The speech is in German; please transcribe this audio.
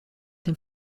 dem